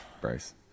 bryce